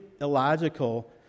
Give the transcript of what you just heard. illogical